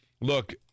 Look